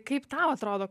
kaip tau atrodo